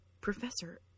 professor